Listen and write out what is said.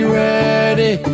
ready